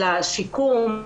אלא שיקום,